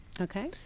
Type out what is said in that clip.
Okay